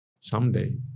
Someday